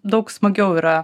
daug smagiau yra